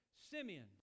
Simeon